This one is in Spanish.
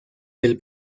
del